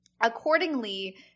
accordingly